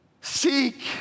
Seek